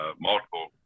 multiple